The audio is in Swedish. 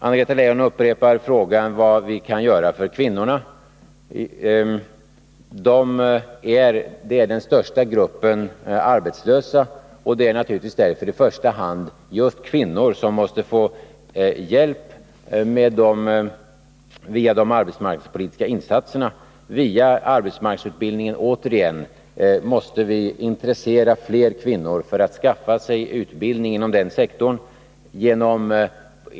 Anna-Greta Leijon upprepar frågan: Vad kan vi göra för kvinnorna? Det är den största gruppen arbetslösa och det är naturligtvis därför som just kvinnorna i första hand måste få hjälp via de arbetsmarknadspolitiska insatserna. Återigen, genom arbetsmarknadsutbildningen måste vi intressera fler kvinnor att skaffa sig utbildning inom industrisektorn.